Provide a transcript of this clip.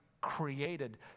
created